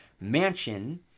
mansion